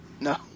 No